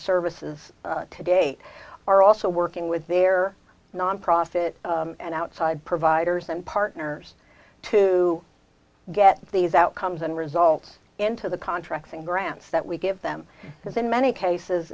services to date are also working with their nonprofit and outside providers and partners to get these outcomes and results into the contracts and grants that we give them because in many cases